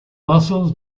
muscles